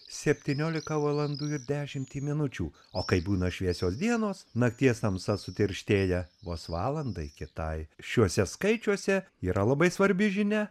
septynioliką valandų ir dešimtį minučių o kai būna šviesios dienos nakties tamsa sutirštėja vos valandai kitai šiuose skaičiuose yra labai svarbi žinia